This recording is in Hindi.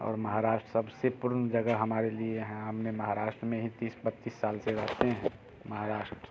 और महाराष्ट्र सबसे पूर्ण जगह हमारे लिए है हमने महाराष्ट्र में ही तीस बत्तीस साल से रहते हैं महाराष्ट्र